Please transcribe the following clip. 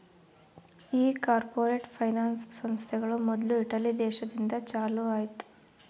ಈ corporate finance ಸಂಸ್ಥೆಗಳು ಮೊದ್ಲು ಇಟಲಿ ದೇಶದಿಂದ ಚಾಲೂ ಆಯ್ತ್